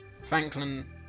Franklin